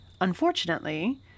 Unfortunately